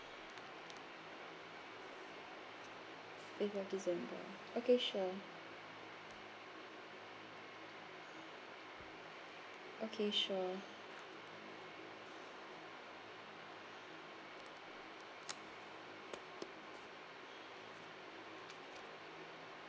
fifth of december okay sure okay sure